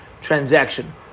transaction